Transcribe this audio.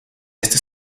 esta